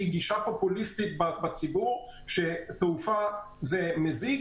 גישה פופוליסטית בציבור שתעופה זה מזיק,